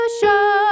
show